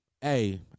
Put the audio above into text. hey